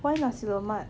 why nasi lemak